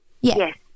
yes